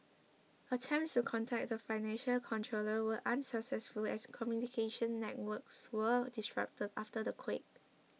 attempts to contact the financial controller were unsuccessful as communication networks were disrupted after the quake